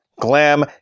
glam